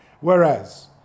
Whereas